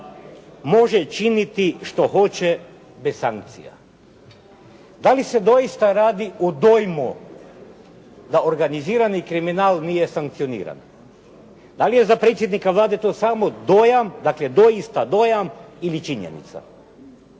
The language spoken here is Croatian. može činiti što hoće bez sankcija.“ Da li se doista radi o dojmu da organizirani kriminal nije sankcioniran. Da li je za predsjednika Vlade to samo dojam, dakle doista dojam ili činjenica.